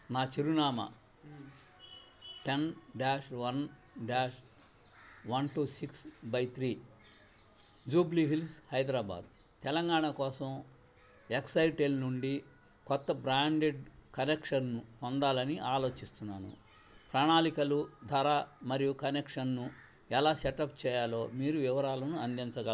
నా చిరునామా ten dash one dash one two six by three Jubilee Hills Hyderabad Telangana కోసం ఎక్సైటెల్ నుండి కొత్త బ్రాండెడ్ కనెక్షన్ పొందాలని ఆలోచిస్తున్నాను ప్రణాళికలు ధర మరియు కనెక్షన్ను ఎలా సెటప్ చేయాలో మీరు వివరాలను అందించగలరా